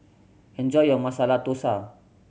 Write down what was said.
enjoy your Masala Dosa